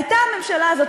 הייתה הממשלה הזאת,